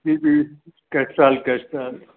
C V केस्टॉल केस्टॉल